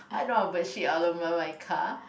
I don't want bird shit all over my car